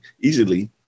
easily